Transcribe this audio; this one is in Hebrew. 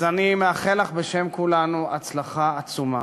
אז אני מאחל לך בשם כולנו הצלחה עצומה,